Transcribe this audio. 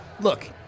Look